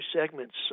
segments